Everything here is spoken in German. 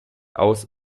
aus